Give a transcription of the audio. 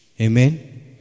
Amen